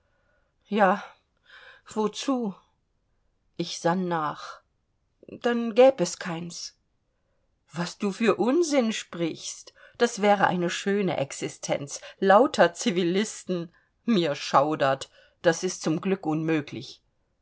ja wozu ich sann nach dann gäb es keins was du für unsinn sprichst das wäre eine schöne existenz lauter civilisten mir schaudert das ist zum glück unmöglich